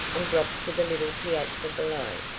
and drop to the little piazza below!